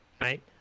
right